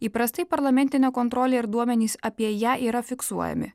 įprastai parlamentinė kontrolė ir duomenys apie ją yra fiksuojami